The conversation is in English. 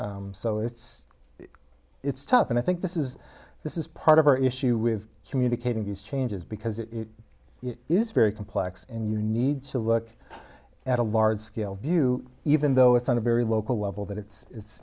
that so it's it's tough and i think this is this is part of our issue with communicating these changes because it is very complex and you need to look at a large scale view even though it's on a very local level that it's i